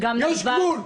יש גבול.